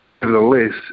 nevertheless